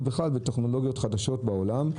ובכלל בטכנולוגיות חדשות בעולם,